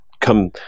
come